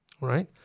Right